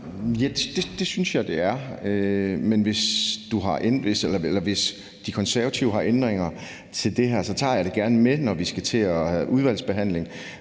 det synes jeg det er. Men hvis De Konservative har ændringer til det her, tager jeg det gerne med, når vi skal til at have udvalgsbehandling.